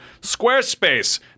Squarespace